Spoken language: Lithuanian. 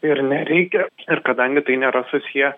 ir nereikia ir kadangi tai nėra susiję